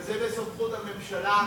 וזה בסמכות הממשלה,